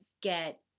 get